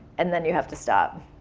and then you have to stop.